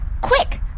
Quick